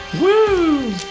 Woo